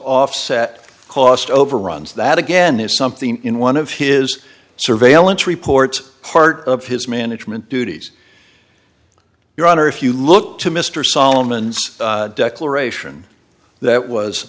offset cost overruns that again is something in one of his surveillance reports part of his management duties your honor if you look to mr solomon's declaration that was